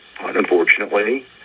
unfortunately